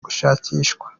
gushakishwa